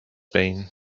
been